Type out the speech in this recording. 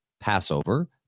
Passover